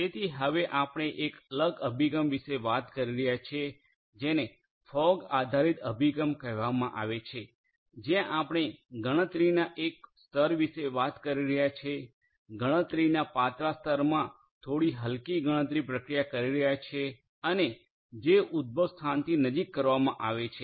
તેથી હવે આપણે એક અલગ અભિગમ વિશે વાત કરી રહ્યા છીએ જેને ફોગ આધારિત અભિગમ કહેવામાં આવે છે જ્યાં આપણે ગણતરીના એક સ્તર વિશે વાત કરી રહ્યા છીએ ગણતરીના પાતળા સ્તરમા થોડી હલકી ગણતરી પ્રક્રિયા કરી રહ્યા છીએ અને જે ઉદ્ભવ સ્થાનથી નજીક કરવામાં આવે છે